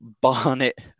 Barnet